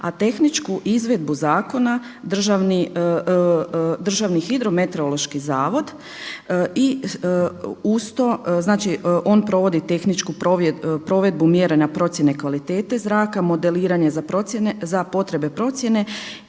a tehničku izvedbu zakona Državni hidrometeorološki zavod. I uz to, znači on provodi tehničku provedbu mjera na procjene kvalitete zraka, modeliranje za procjene,